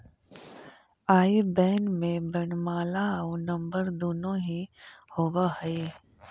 आई बैन में वर्णमाला आउ नंबर दुनो ही होवऽ हइ